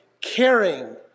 caring